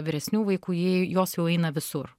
vyresnių vaikų jie jos jau eina visur